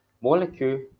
Molecule